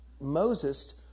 moses